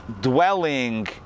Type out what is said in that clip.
dwelling